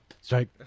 Strike